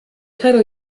title